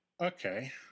Okay